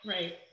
Right